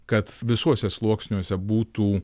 kad visuose sluoksniuose būtų